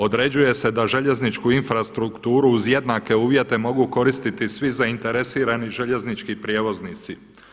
Određuje se da željezničku infrastrukturu uz jednake uvjete mogu koristiti svi zainteresirani željeznički prijevoznici.